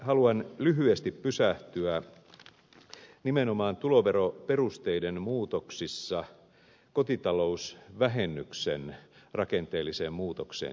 haluan lyhyesti pysähtyä nimenomaan tuloveroperusteiden muutoksissa kotitalousvähennyksen rakenteelliseen muutokseen